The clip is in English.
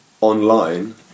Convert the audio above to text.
online